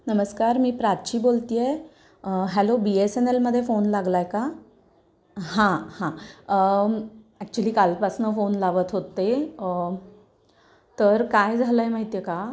नमस्कार मी प्राची बोलते आहे hello B S N L मध्ये फोन लागला आहे का हां हां ॲक्च्युली कालपासून फोन लावत होते तर काय झालं आहे माहिती आहे का